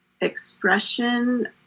expression